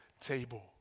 table